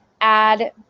add